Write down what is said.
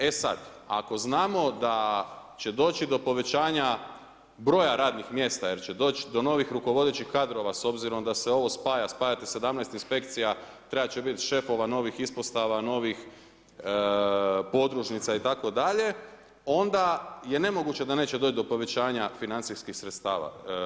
E sad, ako znamo da će doći do povećanja broja radnih mjesta, jer će doći do novih rukovodećih kadrova s obzirom da se ovo spaja, spajate 17 inspekcija, trebat će biti šefova, novih ispostava, novih podružnica itd., onda je nemoguće da neće doći do povećanja financijskih sredstava.